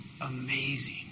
amazing